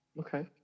okay